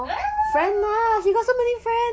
I don't know she got so many friends